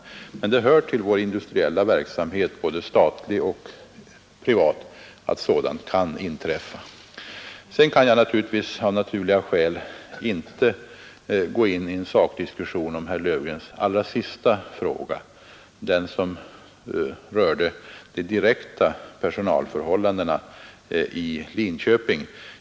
Men det ligger i vår industriella verksamhets natur — både den statligas och den privatas — att sådant kan inträffa. Jag kan av naturliga skäl inte gå in i en sakdiskussion när det gäller herr Löfgrens sista fråga, som direkt rörde personalförhållandena i Linköping.